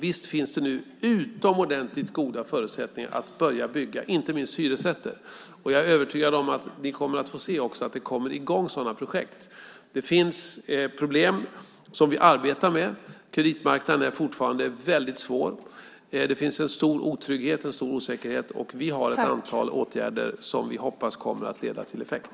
Visst finns det nu utomordentligt goda förutsättningar att börja bygga inte minst hyresrätter. Jag är övertygad om att vi också kommer att få se att det kommer i gång sådana projekt. Det finns problem som vi arbetar med. Kreditmarknaden är fortfarande väldigt svår. Det finns en stor otrygghet och en stor osäkerhet. Vi har ett antal åtgärder som vi hoppas kommer att ge effekt.